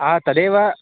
आ तदेव